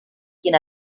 quien